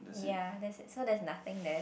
ya that's it so there's nothing there